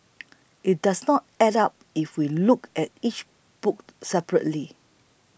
it does not add up if we look at each book separately